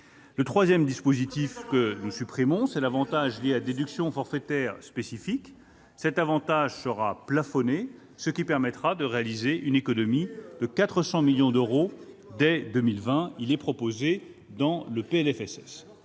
Le troisième dispositif que nous modifions est l'avantage lié à la déduction forfaitaire spécifique. Cet avantage sera plafonné, ce qui permettra de réaliser une économie de 400 millions d'euros dès 2020. Ce plafonnement est proposé dans le cadre